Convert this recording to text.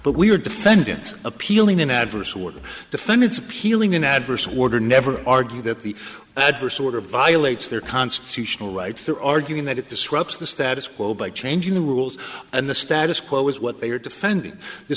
but we are defendants appealing an adverse one defendants appealing in adverse warder never argue that the adverse order violates their constitutional rights they're arguing that it disrupts the status quo by changing the rules and the status quo is what they are defending th